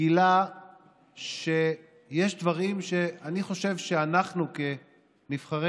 גילה שיש דברים שאני חושב שאנחנו כנבחרי